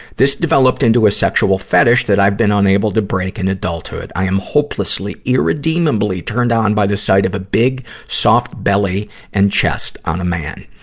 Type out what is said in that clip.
this developed into a sexual fetish that i've been unable to break in adulthood. i am hopelessly, irredeemably turned on by the sight of a big, soft belly and chest on a man.